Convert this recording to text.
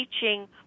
teaching